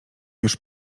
już